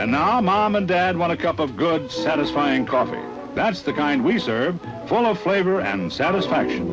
and now mom and dad one a cup of good satisfying coffee that's the kind we serve full of flavor and satisfaction